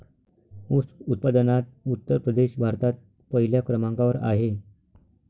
ऊस उत्पादनात उत्तर प्रदेश भारतात पहिल्या क्रमांकावर आहे